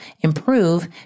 improve